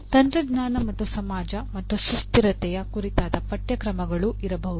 ತಂತ್ರಜ್ಞಾನ ಮತ್ತು ಸಮಾಜ ಮತ್ತು ಸುಸ್ಥಿರತೆಯ ಕುರಿತಾದ ಪಠ್ಯಕ್ರಮಗಳೂ ಇರಬಹುದು